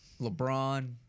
lebron